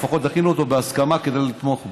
לפחות דחינו אותו בהסכמה כדי לתמוך בו.